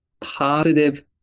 positive